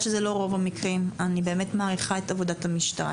שזה לא רוב המקרים ואני מעריכה את עבודת המשטרה,